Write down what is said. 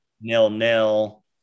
nil-nil